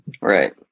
Right